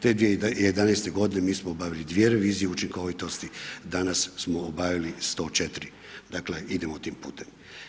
Te 2011. godine mi smo obavili 2 revizije učinkovitosti, danas smo obavili 104, dakle idemo tim putem.